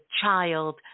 child